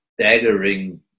staggering